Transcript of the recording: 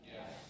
Yes